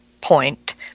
point